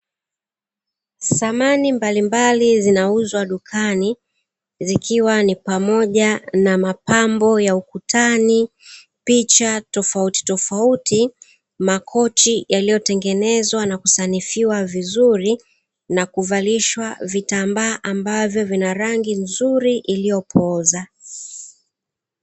Samani mbalimbali zinauzwa dukani, zikiwa ni pamoja na mapambo ya ukutani picha tofauti tofauti, makochi yaliyotengenezwa na kusanifiwa vizuri na kuvalishwa vitambaa ambavyo vina rangi nzuri iliyopooza.